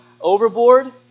overboard